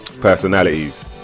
personalities